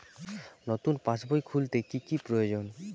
নতুন পাশবই খুলতে কি কি প্রয়োজন?